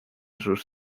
sus